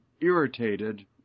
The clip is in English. irritated